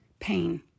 Pain